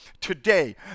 Today